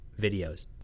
videos